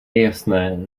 jasné